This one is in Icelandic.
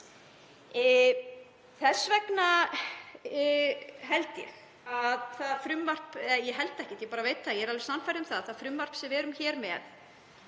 Þess vegna held ég að frumvarpið — eða ég held ekkert, ég bara veit það, ég er alveg sannfærð um að frumvarpið sem við erum hér með